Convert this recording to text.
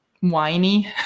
whiny